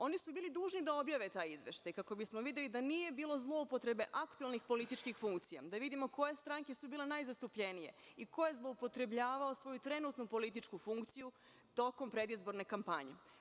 Oni su bili dužni da objave taj izveštaj, kako bismo videli da nije bilo zloupotrebe aktuelnih političkih funkcija, da vidimo koje stranke su bile najzastupljenije i ko je zloupotrebljavao svoju trenutnu političku funkciju tokom predizborne kampanje.